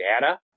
data